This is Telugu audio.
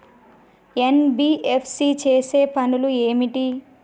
ఎన్.బి.ఎఫ్.సి చేసే పనులు ఏమిటి?